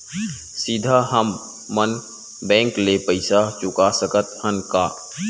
सीधा हम मन बैंक ले पईसा चुका सकत हन का?